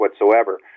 whatsoever